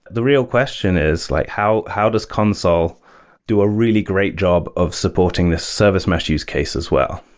the real question is like how how does consul do a really great job of supporting this service mesh use case as well?